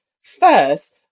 first